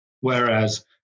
Whereas